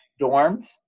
dorms